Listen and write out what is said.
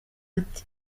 ati